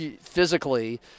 physically